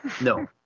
No